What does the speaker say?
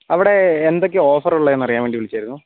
അവിടെ എന്തൊക്കെയാണ് ഓഫറുള്ളതെന്ന് അറിയാൻ വേണ്ടി വിളിച്ചതായിരുന്നു